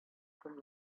from